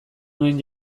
nuen